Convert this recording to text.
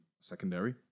secondary